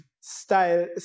style